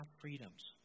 freedoms